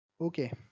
Okay